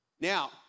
Now